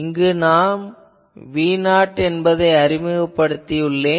இங்கு நான் V0 என்பதை அறிமுகப்படுத்தியுள்ளேன்